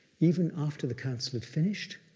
even after the council had finished,